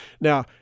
Now